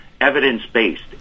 evidence-based